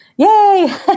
Yay